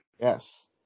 Yes